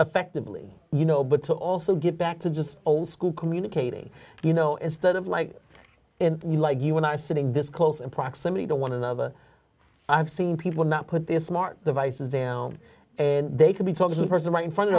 effectively you know but to also get back to just old school communicating you know instead of like in you like you and i sitting this close in proximity to one another i've seen people not put their smart devices down and they could be talking to the person right in front of